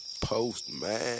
Postman